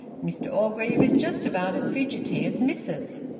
mr orgreave is just about as fidgety as mrs.